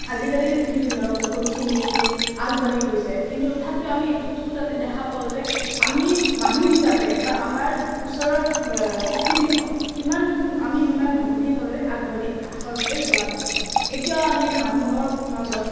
আজিকালিৰ পৃথিৱী ধৰক বহুতখিনি আগবাঢ়ি গৈছে কিন্তু তথাপিও আমি এইটো বস্তু তাতে দেখা পাওঁ যে আমি মানুহ হিচাপে বা আমাৰ ওচৰৰ পৃথিৱীখন কিমান আমি যিমান ভাৱোঁ সেইভাৱে আগবাঢ়ি আচলতে যোৱা নাই এতিয়াও আমি মানুহৰ মাজত